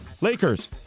Lakers